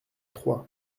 troyes